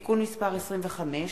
(תיקון מס' 25)